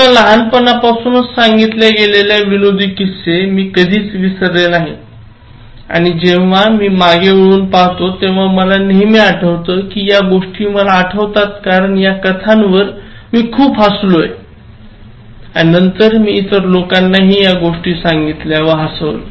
मला लहानपणापासूनच सांगितल्या गेलेले विनोदी किस्सा मी कधीच विसरले नाहीत आणि जेव्हा मी मागे वळून पाहतो तेव्हा मला नेहमी आठवते की या गोष्टी मला आठवतात कारण या कथांवर मी खूप हसलो होते आणि नंतर मी इतर लोकांनाही या गोष्टी सांगितल्या व हसवलं